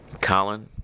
Colin